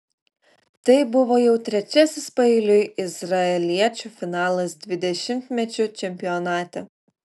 tai buvo jau trečiasis paeiliui izraeliečių finalas dvidešimtmečių čempionate